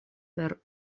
per